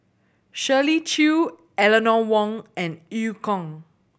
Shirley Chew Eleanor Wong and Eu Kong